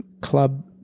club